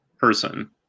person